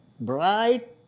bright